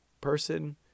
person